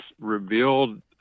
revealed